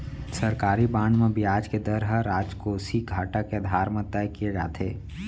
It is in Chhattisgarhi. सरकारी बांड म बियाज के दर ह राजकोसीय घाटा के आधार म तय किये जाथे